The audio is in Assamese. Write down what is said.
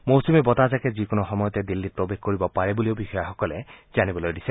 মৌচূমী বতাহজাকে যিকোনো সময়তে দিল্লীত প্ৰৱেশ কৰিব পাৰে বুলিও বিষয়াসকলে জানিবলৈ দিছে